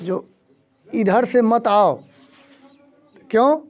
जो इधर से मत आओ क्यों